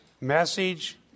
message